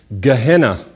Gehenna